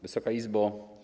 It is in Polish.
Wysoka Izbo!